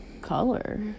color